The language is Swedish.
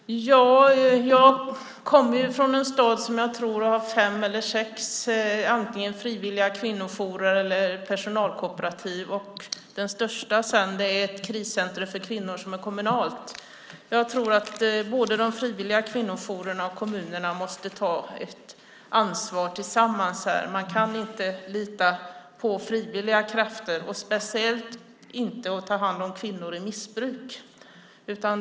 Herr talman! Jag kommer från en stad som jag tror har fem eller sex antingen frivilliga kvinnojourer eller personalkooperativ. Den största är ett kriscentrum för kvinnor som är kommunalt. Jag tror att både de frivilliga kvinnojourerna och kommunerna måste ta ett ansvar tillsammans här. Man kan inte lita på frivilliga krafter, speciellt inte när det handlar om att ta hand om kvinnor i missbruk.